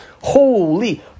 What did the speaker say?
Holy